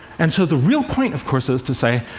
and so the real point, of course, is to say,